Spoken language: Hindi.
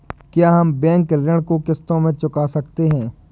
क्या हम बैंक ऋण को किश्तों में चुका सकते हैं?